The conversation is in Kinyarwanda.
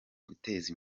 guteza